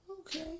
Okay